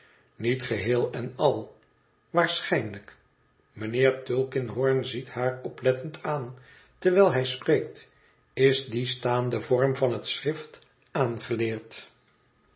niet geheel en al waarschijnlijk mijnheer tulkinghorn ziet haar oplettend aan terwijl hij spreekt is die staande vorm van het schrift aangeleerd